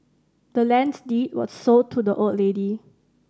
the land's deed was sold to the old lady